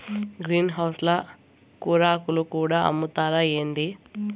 green house ల కూరాకులు కూడా అమ్ముతారా ఏంది